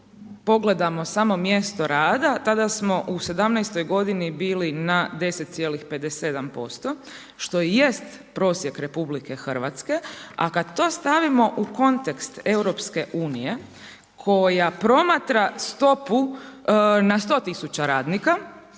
pogledamo samo mjesto rada tada smo u '17. godini bili na 10,57% što i jest prosjek RH a kada to stavimo u kontekst EU koja promatra stopu na 100 tisuća radnika